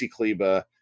Kleba